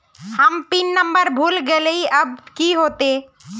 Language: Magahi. हम पिन नंबर भूल गलिऐ अब की होते?